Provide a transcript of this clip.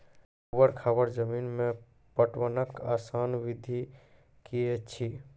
ऊवर खाबड़ जमीन मे पटवनक आसान विधि की ऐछि?